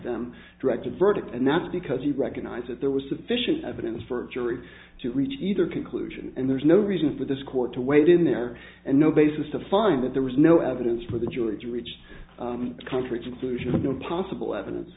them directed verdict and that's because he recognized that there was sufficient evidence for a jury to reach either conclusion and there's no reason for this court to wade in there and no basis to find that there was no evidence for the jury to reach a concrete solution possible evidence